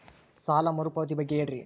ಸಾಲ ಮರುಪಾವತಿ ಬಗ್ಗೆ ಹೇಳ್ರಿ?